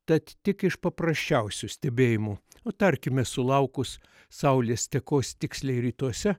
tad tik iš paprasčiausių stebėjimų o tarkime sulaukus saulės tekos tiksliai rytuose